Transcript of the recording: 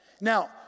Now